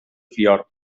fiord